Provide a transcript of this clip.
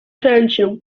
kręcił